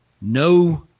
no